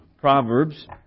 Proverbs